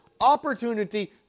opportunity